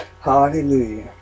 Hallelujah